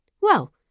Well